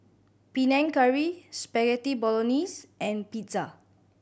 Panang Curry Spaghetti Bolognese and Pizza